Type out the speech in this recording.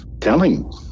telling